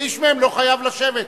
ואיש מהם לא חייב לשבת.